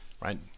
right